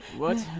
what?